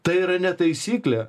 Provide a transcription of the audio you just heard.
tai yra ne taisyklė